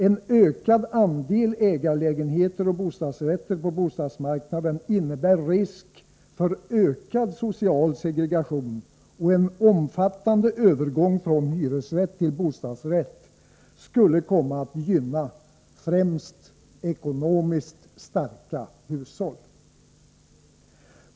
En ökad andel ägarlägenheter och bostadsrätter på bostadsmarknaden innebär risk för ökad social segregation, och en omfattande övergång från hyresrätt till bostadsrätt skulle komma att gynna främst ekonomiskt starka hushåll.